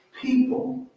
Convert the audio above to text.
people